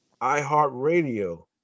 iHeartRadio